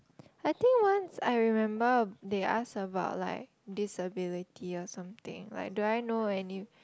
I think once I remember they ask about like disability or something like do I know any